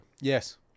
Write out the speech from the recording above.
Yes